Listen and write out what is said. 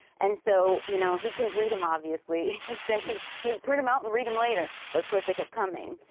and so you know he couldn't read them obviously. he said he he would print them out and read them later, but, of course, they kept coming.